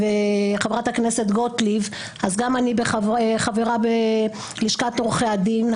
גם אני חברה בלשכת עורכי הדין,